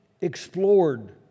explored